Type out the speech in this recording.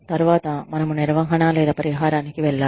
తర్వాత మనము నిర్వహణ లేదా పరిహారానికి వెల్లాలి